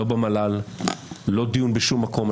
במל"ל ולא בשום מקום.